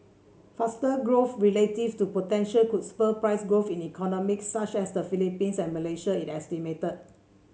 faster growth relative to potential could spur price growth in economies such as the Philippines and Malaysia it estimated